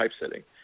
typesetting